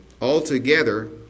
altogether